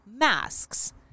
Masks